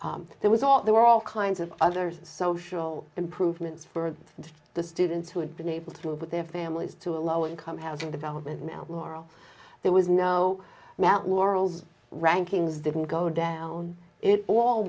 well there was all there were all kinds of others social improvements for and the students who had been able to move with their families to a low income housing development now laurel there was no amount laurels rankings didn't go down it all